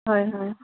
হয় হয়